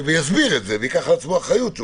ויסביר את זה וייקח על עצמו אחריות.